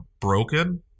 broken